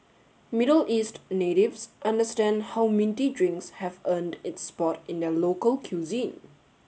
Middle East natives understand how minty drinks have earned its spot in their local cuisine